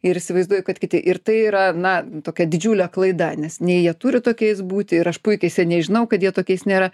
ir įsivaizduoju kad kiti ir tai yra na tokia didžiulė klaida nes nei jie turi tokiais būti ir aš puikiai seniai žinau kad jie tokiais nėra